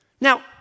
Now